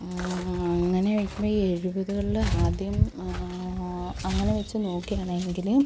അങ്ങനെ വെക്കണ ഈ എഴുപതുകളില് ആദ്യം അങ്ങനെ വച്ചു നോക്കുകയാണെങ്കില്